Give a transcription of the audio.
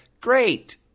great